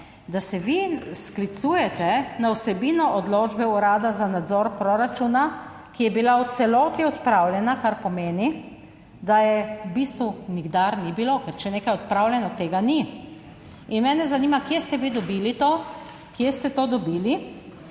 da se vi sklicujete na vsebino odločbe Urada za nadzor proračuna, ki je bila v celoti odpravljena, kar pomeni, da je v bistvu nikdar ni bilo, ker, če je nekaj odpravljeno, tega ni in mene zanima, kje ste vi dobili to, kje ste to dobili?